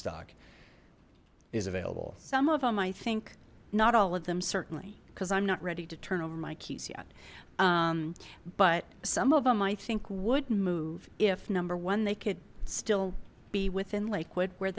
stock is available some of them i think not all of them certainly because i'm not ready to turn over my keys yet but some of them i think wouldn't move if number one they could still be within liquid where